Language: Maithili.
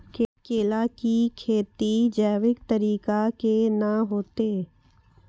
केला की खेती जैविक तरीका के ना होते?